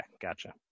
Gotcha